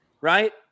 right